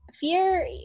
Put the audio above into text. fear